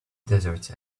desert